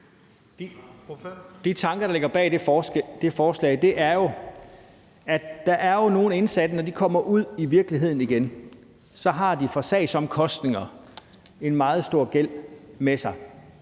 De tanker, der ligger bag det forslag, er, at der jo er nogle indsatte, der, når de kommer ud i virkeligheden igen, har en meget stor gæld med sig